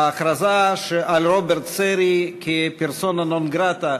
ההכרזה על רוברט סרי כפרסונה נון-גרטה.